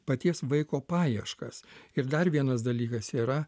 paties vaiko paieškas ir dar vienas dalykas yra